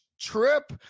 trip